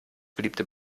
beliebte